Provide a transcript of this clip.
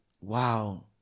wow